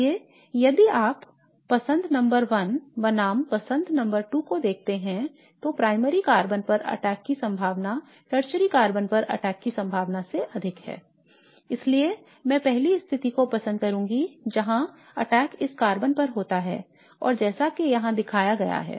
इसलिए यदि आप पसंद नंबर 1 बनाम पसंद नंबर 2 को देखते हैं तो प्राइमरी कार्बन पर अटैक की संभावना टर्शरी कार्बन पर अटैक की संभावना से अधिक है I इसलिए मैं पहली स्थिति को पसंद करूंगा जहां अटैक इस कार्बन पर होता है जैसा कि यहां दिखाया गया है